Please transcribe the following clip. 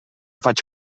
faig